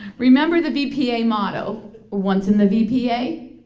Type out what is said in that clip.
remember the vpa motto once in the vpa,